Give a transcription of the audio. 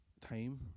time